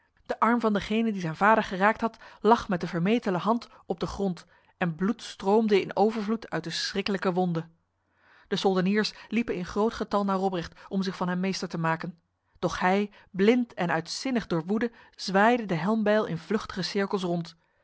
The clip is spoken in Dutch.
de arm van degene die zijn vader geraakt had lag met de vermetele hand op de grond en bloed stroomde in overvloed uit de schriklijke wonde de soldeniers liepen in groot getal naar robrecht om zich van hem meester te maken doch hij blind en uitzinnig door woede zwaaide de helmbijl in vluchtige cirkels rond